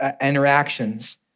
interactions